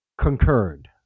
Concurred